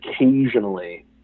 occasionally